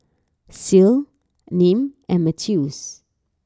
Ceil Nim and Mathews